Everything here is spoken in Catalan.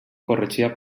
corregia